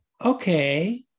okay